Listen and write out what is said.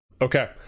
Okay